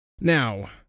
Now